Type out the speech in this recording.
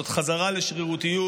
זאת חזרה לשרירותיות.